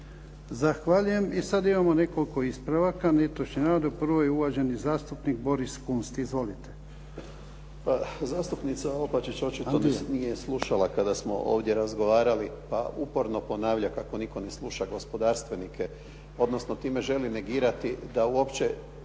Zahvaljujem. I sada imamo nekoliko ispravaka, netočnih navoda. Prvo je uvaženi zastupnik Boris Kunst. Izvolite. **Kunst, Boris (HDZ)** Pa zastupnica Opačić očito danas nije slušala kada smo ovdje razgovarali pa uporno ponavlja kako nitko ne sluša gospodarstvenike, odnosno time ne želi negirati da uopće